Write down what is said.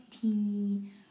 tea